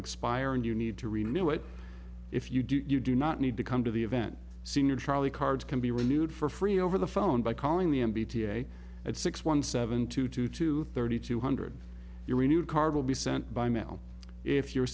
expire and you need to renew it if you do you do not need to come to the event senior charlie card can be renewed for free over the phone by calling the end bta at six one seven two to two thirty two hundred your new card will be sent by mail if you're a